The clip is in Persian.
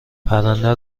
پرنده